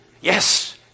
Yes